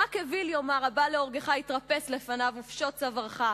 "רק אוויל יאמר: הבא להורגך התרפס לפניו ופשוט צווארך.